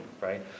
right